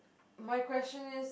my question is